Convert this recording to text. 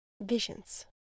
visions